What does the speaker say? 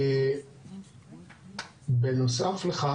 בנוסף לכך,